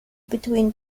between